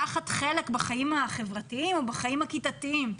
זה מאפשר להם לקחת חלק בחיים החברתיים ובחיים הכיתתיים.